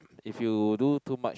if you do too much